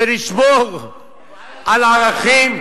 שנשמור על ערכים.